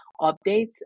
updates